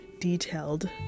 detailed